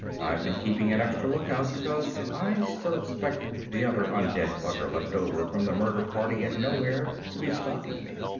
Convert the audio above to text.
i'd been keeping an extra lookout because i still expected the other undead bugger left over from the murder party at nowhere to be stalking me.